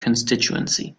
constituency